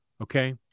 okay